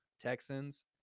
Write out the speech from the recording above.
Texans